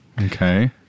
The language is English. Okay